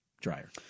dryer